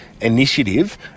initiative